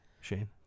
Shane